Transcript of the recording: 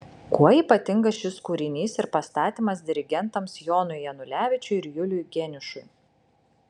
kuo ypatingas šis kūrinys ir pastatymas dirigentams jonui janulevičiui ir juliui geniušui